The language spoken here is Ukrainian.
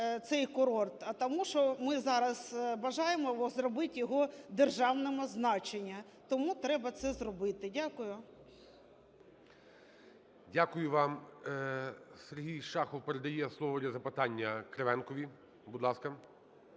цей курорт. Тому що ми зараз бажаємо зробити його державного значення, тому треба це зробити. Дякую. ГОЛОВУЮЧИЙ. Дякую вам. Сергій Шахов передає слово для запитання Кривенкові, будь ласка.